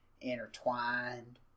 intertwined